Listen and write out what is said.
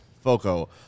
Foco